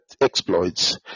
exploits